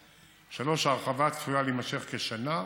3. ההרחבה צפויה להימשך כשנה,